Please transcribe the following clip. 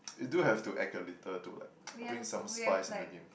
we do have to act a little to like bring some spice in a game